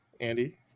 Andy